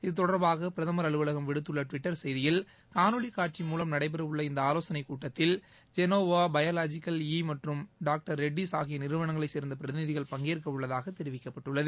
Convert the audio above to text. இது தொடர்பாக பிரதமர் அலுவலகம் விடுத்துள்ள டுவிட்டர் செய்தியில் காணொலி காட்சி மூலம் நடைபெற உள்ள ஆவோசனை கூட்டத்தில் ஜெனோவா பயாலஜிக்கல் இ மற்றும் டாக்டர் ரெட்டிஸ் ஆகிய நிறுவனங்களை சேர்ந்த பிரதிநிதிகள் பங்கேற்க உள்ளதாக தெரிவிக்கப்பட்டுள்ளது